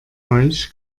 euch